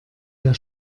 der